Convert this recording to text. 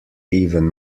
even